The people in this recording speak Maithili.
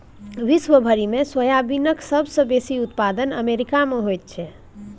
विश्व भरिमे सोयाबीनक सबसे बेसी उत्पादन अमेरिकामे होइत छै